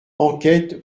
enquête